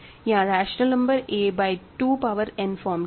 यहां rational number a by 2 power n form के हैं